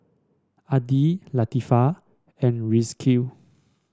Adi Latifa and Rizqi